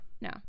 no